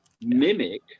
Mimic